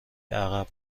عقب